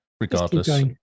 Regardless